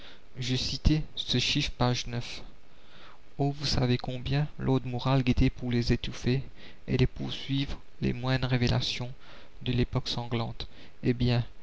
je citai ce chiffre page r vous savez combien l'ordre moral guettait pour les étouffer et les poursuivre les moindres révélations de l'époque sanglante eh bien